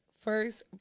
first